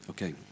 Okay